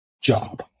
job